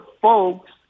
folks